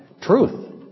truth